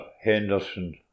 Henderson